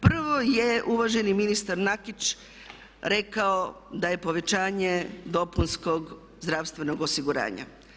Prvo je uvaženi ministar Nakić rekao da je povećanje dopunskog zdravstvenog osiguranja.